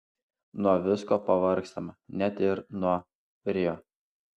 nuo visko pavargstama net ir nuo rio